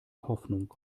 hoffnung